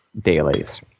dailies